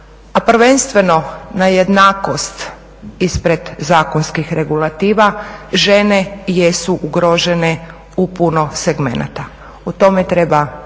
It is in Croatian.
a prvenstveno na jednakost ispred zakonskih regulativa, žene jesu ugrožene u puno segmenata. O tome treba